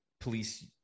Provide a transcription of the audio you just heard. police